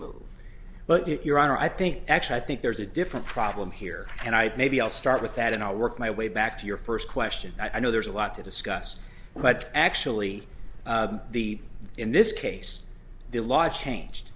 move but your honor i think actually i think there's a different problem here and i maybe i'll start with that and i'll work my way back to your first question i know there's a lot to discuss but actually the in this case the law changed